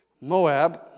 Moab